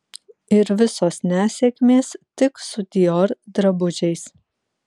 ir visos nesėkmės tik su dior drabužiais